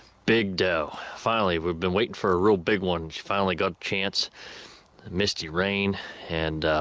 big doe finally we've been waiting for a real big one she finally got chance misty rain and